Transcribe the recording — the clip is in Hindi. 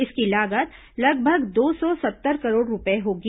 इसकी लागत लगभग दो सौ सत्तर करोड़ रूपये होगी